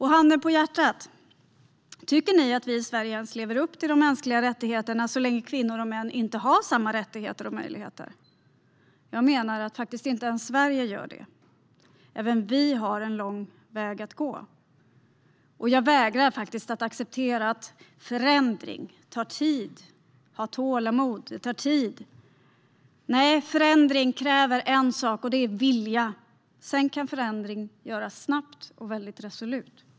Handen på hjärtat: Tycker ni att vi i Sverige lever upp till de mänskliga rättigheterna så länge som kvinnor och män inte har samma rättigheter och möjligheter? Jag menar att inte ens Sverige gör detta - även vi har en lång väg att gå. Jag vägrar att acceptera att förändring tar tid. Man säger: Ha tålamod, det tar tid! Nej - förändring kräver en sak: vilja. Sedan kan förändring skapas snabbt och väldigt resolut.